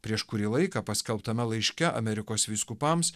prieš kurį laiką paskelbtame laiške amerikos vyskupams